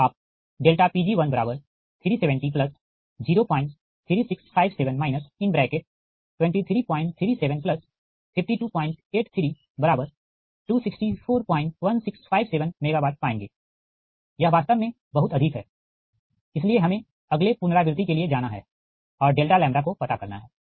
तब आप Pg137003657 233752832641657 MW पाएंगे यह वास्तव में बहुत अधिक है इसलिए हमें अगले पुनरावृति के लिए जाना है और डेल्टा लैम्ब्डा को पता करना है